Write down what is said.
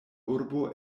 urbo